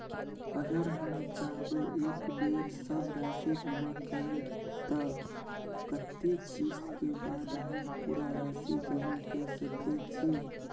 अगर हम चाहबे एक बेर सब राशि जमा करे त कत्ते किस्त के बाद हम पूरा राशि जमा के सके छि?